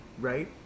right